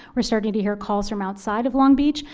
we're starting to hear calls from outside of long beach,